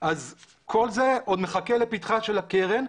אז כל זה עוד מחכה לפתחה של הקרן,